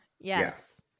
Yes